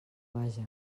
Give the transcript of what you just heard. vaja